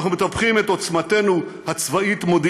אנחנו מטפחים את עוצמתנו הצבאית-מודיעינית